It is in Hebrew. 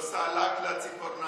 והיא עושה לק בציפורניים.